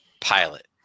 pilot